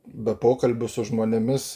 be pokalbių su žmonėmis